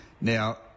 Now